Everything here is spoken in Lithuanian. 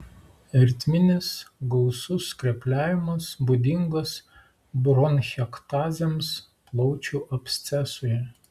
ertminis gausus skrepliavimas būdingas bronchektazėms plaučių abscesui